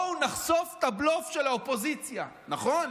בואו נחשוף את הבלוף של האופוזיציה, נכון?